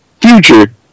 Future